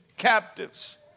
captives